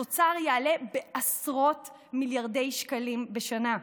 התוצר יעלה בעשרות מיליארדי שקלים בשנה.